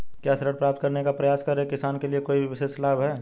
क्या ऋण प्राप्त करने का प्रयास कर रहे किसानों के लिए कोई विशेष लाभ हैं?